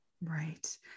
Right